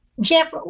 Jeff